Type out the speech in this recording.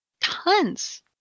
tons